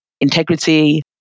integrity